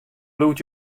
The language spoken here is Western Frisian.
bliuwt